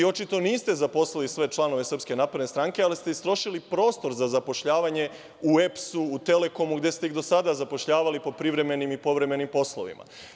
Vi očito niste zaposlili sve članove SNS, ali ste istrošili prostor za zapošljavanje u EPS, u Telekomu, gde ste ih do sada zapošljavali po privremenim i povremenim poslovima.